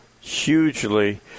hugely